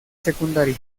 secundaria